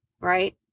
right